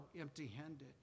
empty-handed